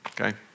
okay